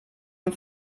amb